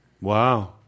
Wow